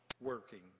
working